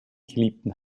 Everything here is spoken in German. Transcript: geliebten